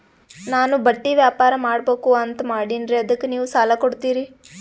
ನಾನು ಬಟ್ಟಿ ವ್ಯಾಪಾರ್ ಮಾಡಬಕು ಅಂತ ಮಾಡಿನ್ರಿ ಅದಕ್ಕ ನೀವು ಸಾಲ ಕೊಡ್ತೀರಿ?